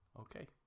Okay